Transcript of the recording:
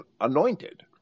anointed